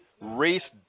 race